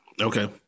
Okay